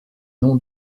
non